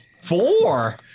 Four